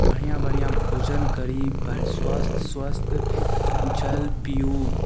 बढ़िआँ बढ़िआँ भोजन करी पर स्वस्थ स्वस्थ जल पिबू